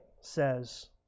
says